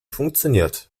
funktioniert